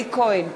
אלי כהן,